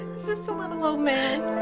just a little old man.